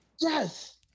Yes